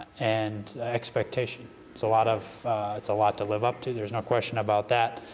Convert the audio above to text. and expectation. it's a lot of it's a lot to live up to, there's no question about that.